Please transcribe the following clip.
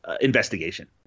investigation